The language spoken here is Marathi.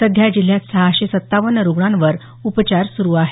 सध्या जिल्ह्यात सहाशे सत्तावन्न रुग्णांवर उपचार सुरू आहेत